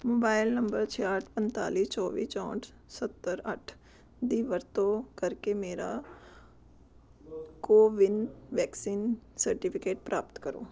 mobile number ਛਿਆਹਠ ਪੰਤਾਲੀ ਚੌਵੀ ਚੌਂਹਠ ਸੱਤਰ ਅੱਠ ਦੀ ਵਰਤੋਂ ਕਰਕੇ ਮੇਰਾ ਕੋਵਿਨ ਵੈਕਸੀਨ ਸਰਟੀਫਿਕੇਟ ਪ੍ਰਾਪਤ ਕਰੋ